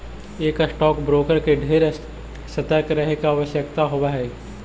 एक stock broker के ढेर सतर्क रहे के आवश्यकता होब हई